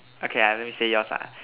okay I let me say yours ah